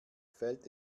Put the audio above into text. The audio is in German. fällt